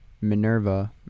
Minerva